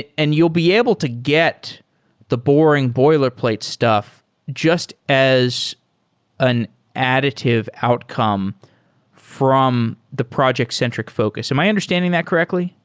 and you will be able to get the boring boilerplate stuff as an additive outcome from the project-centr ic focus. am i understanding that correctly?